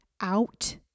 out